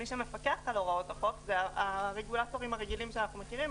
מי שמפקח על הוראות החוק הם הרגולטורים הרגילים שאנחנו מכירים,